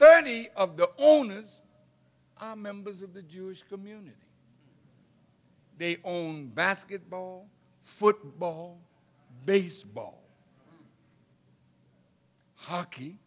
thirty of the owners are members of the jewish community they own basketball football baseball hockey